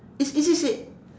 it's easy said